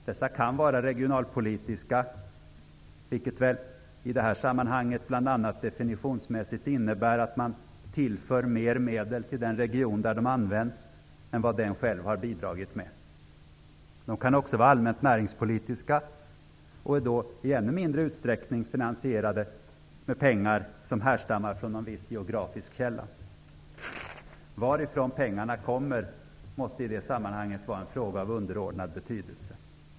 Dessa kan vara regionalpolitiska, vilket väl i detta sammanhang bl.a. definitionsmässigt innebär att man tillför mer medel till den region där de används än vad den själv har bidragit med. De kan också vara allmänt näringspolitiska och är då i ännu mindre utsträckning finansierade med pengar som härstammar från någon viss geografisk källa. Varifrån pengarna kommer måste i det sammanhanget vara en fråga av underordnad betydelse.